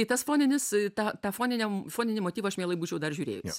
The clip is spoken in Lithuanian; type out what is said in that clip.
tai tas foninis tą tą foniniam foninį motyvą aš mielai būčiau dar žiūrėjus